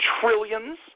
trillions